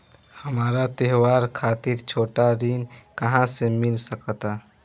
हमरा त्योहार खातिर छोट ऋण कहाँ से मिल सकता?